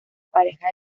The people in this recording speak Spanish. pareja